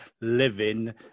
living